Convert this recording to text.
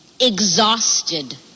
exhausted